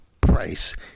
price